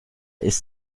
ist